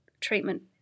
treatment